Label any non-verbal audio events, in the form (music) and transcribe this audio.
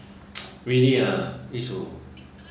(noise) really ah if so